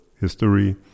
history